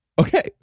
Okay